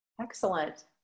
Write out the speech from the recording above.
Excellent